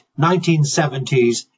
1970s